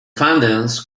findings